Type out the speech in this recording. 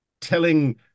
telling